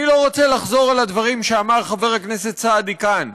אני לא רוצה לחזור על הדברים שאמר חבר הכנסת סעדי כאן.